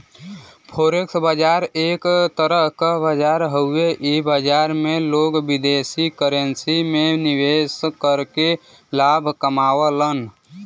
forex बाजार एक तरह क बाजार हउवे इ बाजार में लोग विदेशी करेंसी में निवेश करके लाभ कमावलन